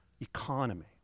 economy